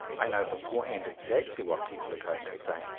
i know beforehand exactly what people are going to say.